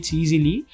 easily